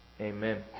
Amen